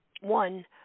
One